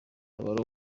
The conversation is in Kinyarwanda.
tabara